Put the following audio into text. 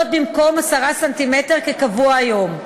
במקום 10 ס"מ כקבוע היום.